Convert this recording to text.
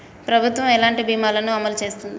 ప్రభుత్వం ఎలాంటి బీమా ల ను అమలు చేస్తుంది?